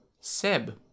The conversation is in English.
Seb